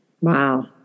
Wow